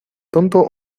tonto